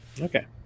Okay